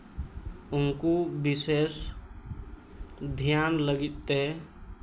ᱩᱱᱠᱩ ᱵᱤᱥᱮᱥ ᱫᱷᱮᱭᱟᱱ ᱞᱟᱹᱜᱤᱫᱛᱮ